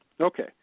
Okay